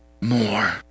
more